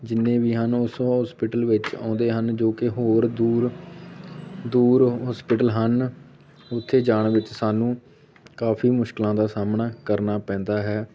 ਜਿੰਨੇ ਵੀ ਹਨ ਉਸ ਹੋਸਪਿਟਲ ਵਿੱਚ ਆਉਂਦੇ ਹਨ ਜੋ ਕਿ ਹੋਰ ਦੂਰ ਦੂਰ ਹੋਸਪਿਟਲ ਹਨ ਉੱਥੇ ਜਾਣ ਵਿੱਚ ਸਾਨੂੰ ਕਾਫ਼ੀ ਮੁਸ਼ਕਿਲਾਂ ਦਾ ਸਾਹਮਣਾ ਕਰਨਾ ਪੈਂਦਾ ਹੈ